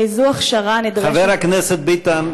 איזו הכשרה נדרשת, חבר הכנסת ביטן,